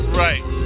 right